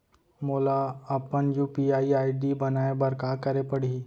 मोला अपन UPI ID बनाए बर का करे पड़ही?